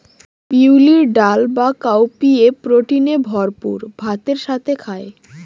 বিউলির ডাল বা কাউপিএ প্রোটিনে ভরপুর ভাতের সাথে খায়